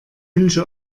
wünsche